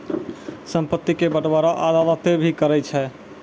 संपत्ति के बंटबारा अदालतें भी करै छै